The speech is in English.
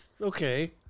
okay